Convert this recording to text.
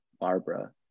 Barbara